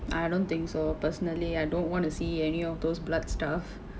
I don't think so personally I don't want to see any of those blood stuff